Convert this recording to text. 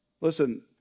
Listen